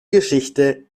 geschichte